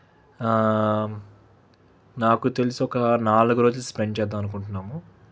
నాకు తెలిసి ఒక నాలుగు రోజులు స్పెండ్ చేద్దాం అనుకుంటున్నాము